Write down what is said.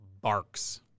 Barks